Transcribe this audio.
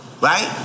Right